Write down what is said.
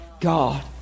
God